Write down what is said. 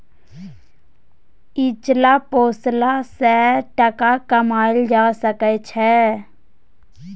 इचना पोसला सँ टका कमाएल जा सकै छै